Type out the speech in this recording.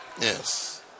yes